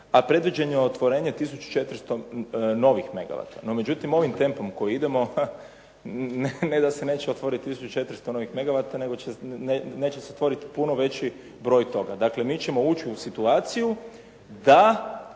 a predviđeno je otvorenje tisuću 400 novih megavata. No međutim, ovim tempom kojim idemo ne da se neće otvoriti tisuću 400 novih megavata, nego neće se otvoriti puno veći broj toga. Dakle, mi ćemo ući u situaciju da